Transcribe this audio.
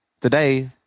Today